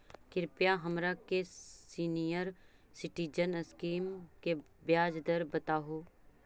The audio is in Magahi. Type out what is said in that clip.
कृपा हमरा के सीनियर सिटीजन स्कीम के ब्याज दर बतावहुं